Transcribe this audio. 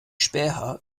späher